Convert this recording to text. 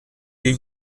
die